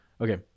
okay